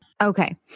okay